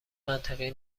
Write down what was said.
منطقی